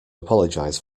apologize